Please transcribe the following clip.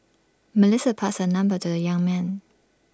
Melissa passed her number to the young man